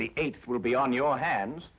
the eighth will be on your hands